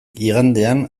igandean